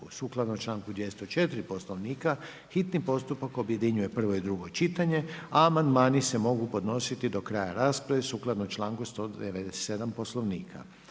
sukladno članku 204. Poslovnika hitni postupak objedinjuje prvo i drugo čitanje. Amandmani se mogu podnositi do kraja rasprave. Raspravu su proveli